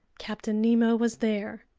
captain nemo was there.